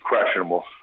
questionable